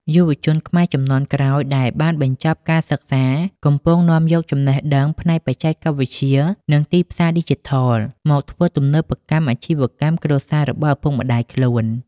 យុវជនខ្មែរជំនាន់ក្រោយដែលបានបញ្ចប់ការសិក្សា កំពុងនាំយកចំណេះដឹងផ្នែកបច្ចេកវិទ្យា និងទីផ្សារឌីជីថលមកធ្វើទំនើបកម្មអាជីវកម្មគ្រួសាររបស់ឪពុកម្ដាយខ្លួន។